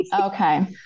Okay